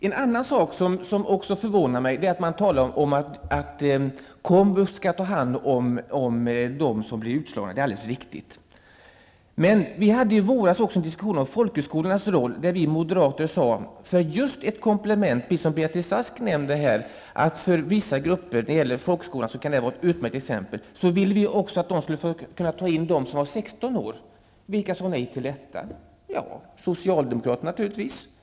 En annan sak som också förvånar mig är att man talar om att komvux skall ta hand om dem som blir utslagna. Det är i och för sig alldeles riktigt. Men vi förde i våras en diskussion om folkhögskolornas roll där vi moderater sade att de är ett komplement, precis som Beatrice Ask nämnde här, som kan fungera utmärkt för vissa grupper. Vi ville att de också skulle kunna ta in elever som var 16 år. Vilka sade nej till detta? Socialdemokraterna naturligtvis.